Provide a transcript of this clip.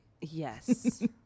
Yes